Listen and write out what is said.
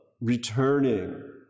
returning